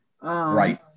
Right